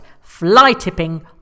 fly-tipping